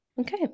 Okay